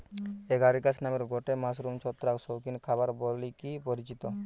Agaricus নামের গটে mushroom ছত্রাক শৌখিন খাবার বলিকি পরিচিত